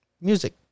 music